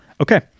Okay